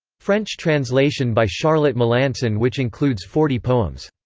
french translation by charlotte melancon which includes forty poems.